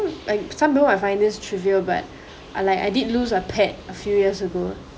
like some people might find this trivial but like I did lose a pet a few years ago